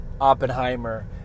Oppenheimer